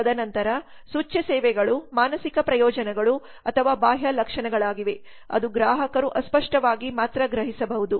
ತದನಂತರ ಸೂಚ್ಯ ಸೇವೆಗಳು ಮಾನಸಿಕ ಪ್ರಯೋಜನಗಳು ಅಥವಾ ಬಾಹ್ಯ ಲಕ್ಷಣಗಳಾಗಿವೆ ಅದು ಗ್ರಾಹಕರು ಅಸ್ಪಷ್ಟವಾಗಿ ಮಾತ್ರ ಗ್ರಹಿಸಬಹುದು